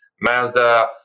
Mazda